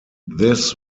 this